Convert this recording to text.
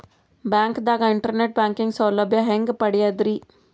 ಬ್ಯಾಂಕ್ದಾಗ internet banking ಸೌಲಭ್ಯ ಹೆಂಗ್ ಪಡಿಯದ್ರಿ?